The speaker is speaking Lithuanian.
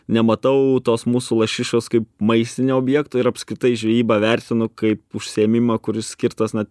nematau tos mūsų lašišos kaip maistinių objektų ir apskritai žvejybą vertinu kaip užsiėmimą kuris skirtas na